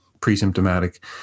pre-symptomatic